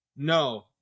No